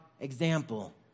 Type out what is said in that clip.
example